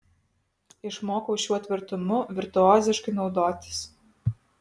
išmokau šiuo tvirtumu virtuoziškai naudotis